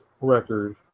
record